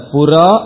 Pura